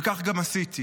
וכך גם עשיתי.